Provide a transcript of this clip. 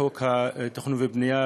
חוק התכנון והבנייה,